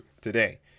today